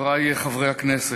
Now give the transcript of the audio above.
חברי חברי הכנסת,